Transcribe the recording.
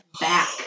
back